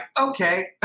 okay